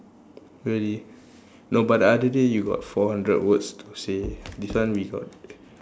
really no but the other day you got four hundred words to say this one we got